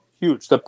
Huge